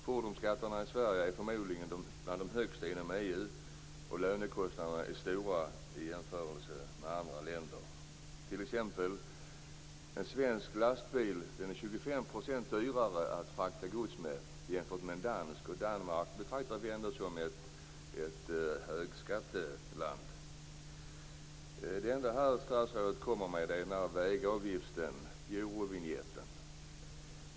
Fordonsskatterna i Sverige är förmodligen bland de högsta inom EU, och lönekostnaderna är stora i jämförelse med andra länder. En svensk lastbil är 25 % dyrare att frakta gods med jämfört med en dansk, och Danmark betraktas ändå som ett högskatteland. Det enda som statsrådet har att komma med gäller vägavgifterna, Eurovinjetten.